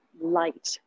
light